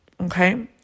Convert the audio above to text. Okay